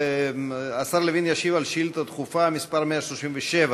השר לוין ישיב על שאילתה דחופה מס' 137